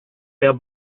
der